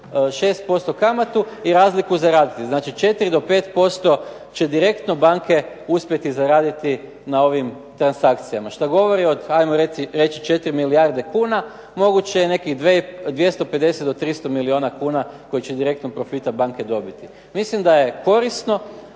6% kamatu i razliku zaraditi, znači 4 do 5% će direktno banke uspjeti zaraditi na ovim transakcijama, što govori, ajmo reći 4 milijarde kune, moguće je nekih 250 do 300 milijuna kuna koji će direktnog profita banke dobiti. Mislim da je korisno